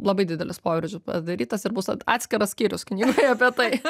labai didelis proveržis padarytas ir bus at atskiras skyrius knygoj apie tai